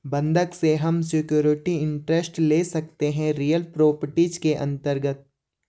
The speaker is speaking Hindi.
बंधक से हम सिक्योरिटी इंटरेस्ट ले सकते है रियल प्रॉपर्टीज के अंतर्गत